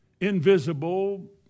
invisible